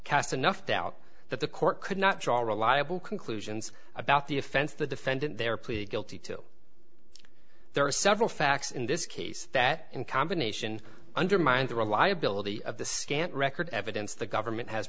cast enough doubt that the court could not draw reliable conclusions about the offense the defendant there plead guilty to there are several facts in this case that in combination undermine the reliability of the scant record evidence the government has